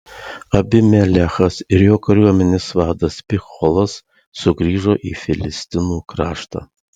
abimelechas ir jo kariuomenės vadas picholas sugrįžo į filistinų kraštą